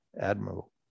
admirable